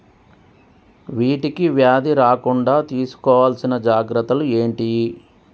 వీటికి వ్యాధి రాకుండా తీసుకోవాల్సిన జాగ్రత్తలు ఏంటియి?